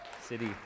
city